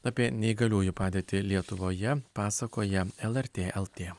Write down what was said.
apie neįgaliųjų padėtį lietuvoje pasakoja lrt lt